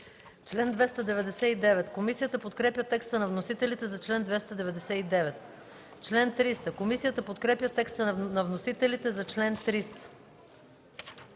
Раздел ХІ. Комисията подкрепя текста на вносителите за чл. 302. Комисията подкрепя текста на вносителите за чл. 303.